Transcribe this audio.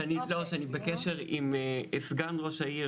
נפגשנו כמובן עם החברים